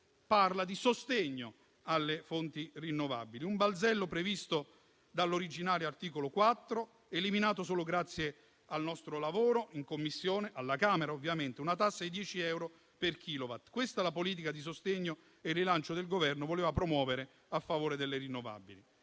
parla di sostegno alle fonti rinnovabili. Si tratta di un balzello previsto dall'originale articolo 4, eliminato solo grazie al nostro lavoro in Commissione alla Camera, una tassa di 10 euro per kilowatt. Questa è la politica di sostegno e rilancio che il Governo voleva promuovere a favore delle rinnovabili.